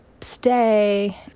stay